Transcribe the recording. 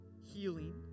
healing